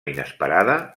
inesperada